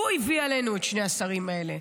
הוא הביא עלינו את שני השרים האלה.